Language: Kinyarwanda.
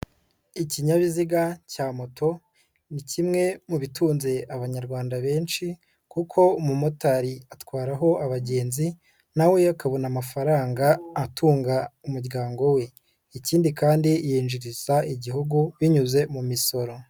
Ikinyabiziga cya moto, ni kimwe mu bitunze abanyarwanda benshi kuko umumotari atwararaho abagenzi na we akabona amafaranga atunga umuryango we. Ikindi kandi yinjiriza igihugu, binyuze mu misoro.